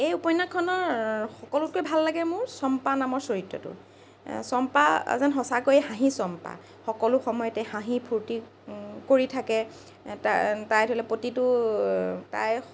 এই উপন্যাসখনৰ সকলোতকৈ ভাল লাগে মোৰ চম্পা নামৰ চৰিত্ৰটো চম্পা যেন সঁচাকৈয়ে হাঁহিচম্পা সকলো সময়তে হাঁহি ফূৰ্ত্তি কৰি থাকে তাই তাই ধৰি লওক প্ৰতিটো তাই